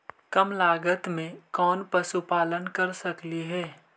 कम लागत में कौन पशुपालन कर सकली हे?